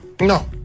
No